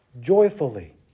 joyfully